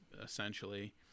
essentially